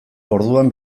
orduan